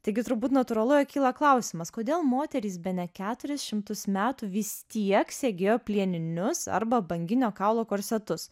taigi turbūt natūralu jog kyla klausimas kodėl moterys bene keturi šimtus metų vis tiek segėjo plieninius arba banginio kaulo korsetus